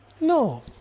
No